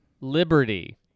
Liberty